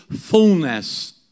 fullness